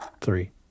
Three